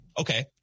Okay